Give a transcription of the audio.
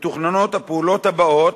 מתוכננות הפעולות הבאות,